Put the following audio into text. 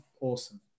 awesome